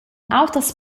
auters